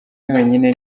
yonyine